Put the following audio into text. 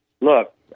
look